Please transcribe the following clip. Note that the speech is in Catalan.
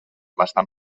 bastant